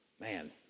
Man